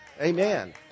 Amen